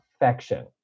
affection